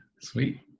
Sweet